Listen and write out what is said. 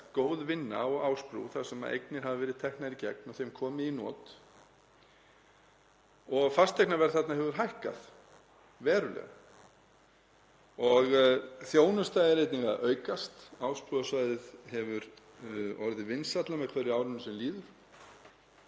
góð vinna á Ásbrú þar sem eignir hafa verið teknar í gegn og þeim komið í not. Fasteignaverð þarna hefur hækkað verulega og þjónusta er einnig að aukast. Háskólasvæðið hefur orðið vinsælla með hverju árinu sem líður.